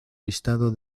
listado